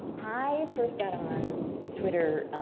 i first got on twitter